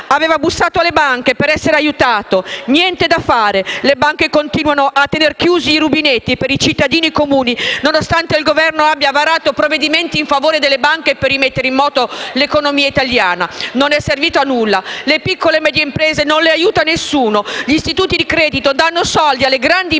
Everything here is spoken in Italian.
Aveva bussato alle banche per essere aiutato: niente da fare. Le banche continuano a tener chiusi i rubinetti per i cittadini comuni, nonostante il Governo abbia varato provvedimenti in favore delle banche per rimettere in moto l'economia italiana. Non è servito a nulla. Le piccole medie imprese non le aiuta nessuno, gli istituti di credito danno i soldi alle grandi imprese